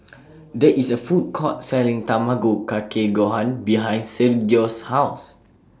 There IS A Food Court Selling Tamago Kake Gohan behind Sergio's House